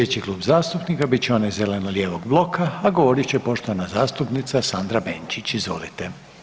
Slijedeći Klub zastupnika bit će onaj zeleno-lijevog bloka a govorit će poštovana zastupnica Sandra Benčić, izvolite.